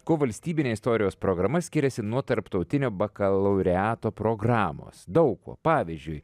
kuo valstybinė istorijos programa skiriasi nuo tarptautinio bakalaureato programos daug kuo pavyzdžiui